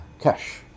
cash